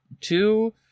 two